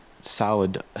solid